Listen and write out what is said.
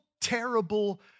terrible